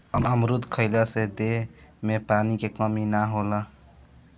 अमरुद खइला से देह में पानी के कमी ना होला